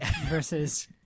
versus